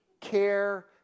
care